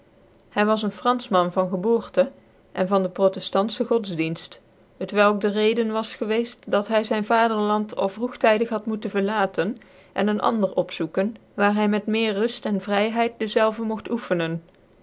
hy was een fransman van geboorte cn van dt proteftantfc godsdicnft t welk de reden was gewceft dat hy zyn vaderland al vroegtydig had moeten verlaten cn een ander opzoeken waar hy met meer ruft cn vryheid dezelve